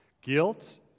Guilt